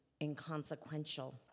inconsequential